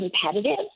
competitive